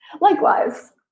Likewise